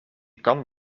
kan